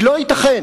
כי לא ייתכן